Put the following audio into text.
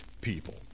people